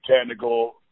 technical